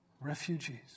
refugees